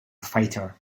fighter